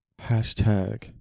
hashtag